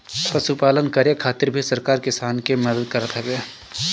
पशुपालन करे खातिर भी सरकार किसान के मदद करत हवे